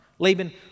Laban